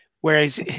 Whereas